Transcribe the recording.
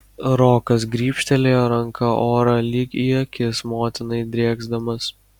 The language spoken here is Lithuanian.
rokas grybštelėjo ranka orą lyg į akis motinai drėksdamas